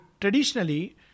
traditionally